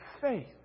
faith